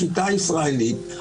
השיטה הישראלית,